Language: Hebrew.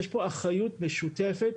יש פה אחריות משותפת,